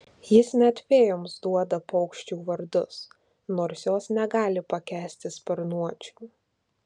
jis net fėjoms duoda paukščių vardus nors jos negali pakęsti sparnuočių